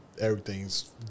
everything's